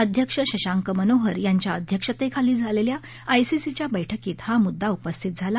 अध्यक्ष शशांक मनोहर यांच्या अध्यक्षतेखाली झालेल्या आयसीसीच्या बैठकीत हा मुद्दा उपस्थित झाला